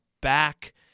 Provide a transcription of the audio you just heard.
back